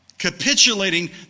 capitulating